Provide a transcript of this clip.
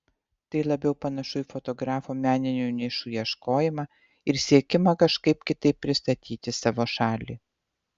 tai labiau panašu į fotografo meninių nišų ieškojimą ir siekimą kažkaip kitaip pristatyti savo šalį